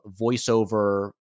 voiceover